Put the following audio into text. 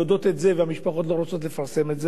המשפחות יודעות את זה והמשפחות לא רוצות לפרסם את זה.